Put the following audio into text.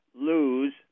lose